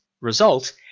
result